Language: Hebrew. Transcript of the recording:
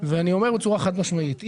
ואני אומר בצורה חד משמעית,